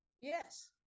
yes